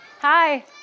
Hi